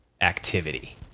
activity